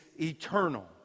eternal